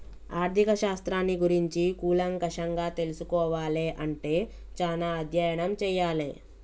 ఆర్ధిక శాస్త్రాన్ని గురించి కూలంకషంగా తెల్సుకోవాలే అంటే చానా అధ్యయనం చెయ్యాలే